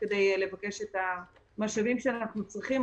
כדי לבקש את המשאבים שאנחנו צריכים.